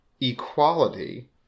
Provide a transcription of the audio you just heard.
equality